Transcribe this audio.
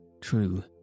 true